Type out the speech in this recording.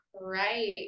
Right